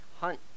hunt